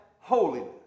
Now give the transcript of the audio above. holiness